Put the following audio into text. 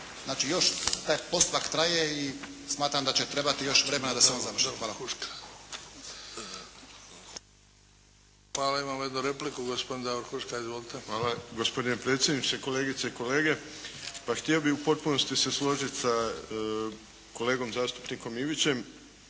Znači još taj postupak traje i smatram da će trebati još vremena da se on završi. **Bebić, Luka (HDZ)** Hvala. Imamo još jednu repliku gospodin Davor Huška. Izvolite. **Huška, Davor (HDZ)** Hvala gospodine predsjedniče, kolegice i kolege. Pa htio bih u potpunosti se složiti sa kolegom zastupnikom Ivićem.